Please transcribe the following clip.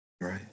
Right